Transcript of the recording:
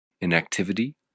inactivity